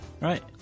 right